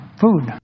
food